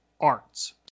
arts